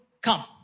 come